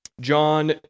John